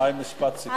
משפט סיום.